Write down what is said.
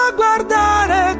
guardare